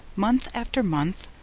month after month,